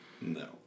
No